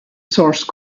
source